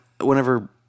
whenever